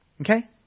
Okay